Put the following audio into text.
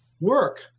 work